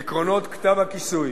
עקרונות כתב הכיסוי